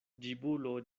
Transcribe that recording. ĝibulo